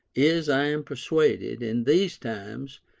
is, i am persuaded, in these times,